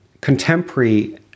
contemporary